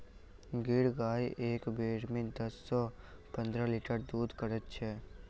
गिर गाय एक बेर मे दस सॅ पंद्रह लीटर दूध करैत छै